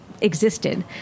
existed